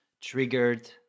triggered